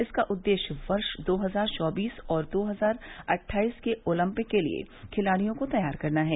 इसका उद्देश्य वर्ष दो हजार चौबीस और दो हजार अट्ठाईस के ओलंपिक के लिए खिलाड़ियों को तैयार करना है